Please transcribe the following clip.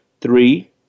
Three